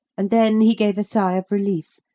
and then he gave a sigh of relief,